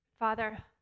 Father